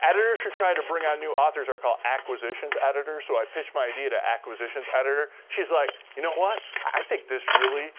editors who try to bring on new authors are called acquisitions editors, so i pitched my idea to acquisitions editor. she's like, you know what? i think this really